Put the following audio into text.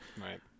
Right